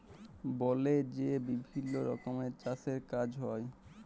বলে যে বিভিল্ল্য রকমের চাষের কাজ হ্যয়